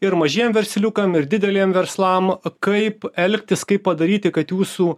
ir mažiem versliukam ir dideliem verslam kaip elgtis kaip padaryti kad jūsų